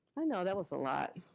i know, that was a lot.